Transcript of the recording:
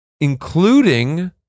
including